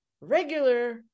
regular